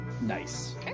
Nice